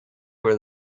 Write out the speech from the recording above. where